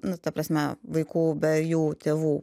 nu ta prasme vaikų be jų tėvų